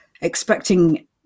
expecting